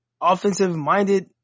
offensive-minded